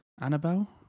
Annabelle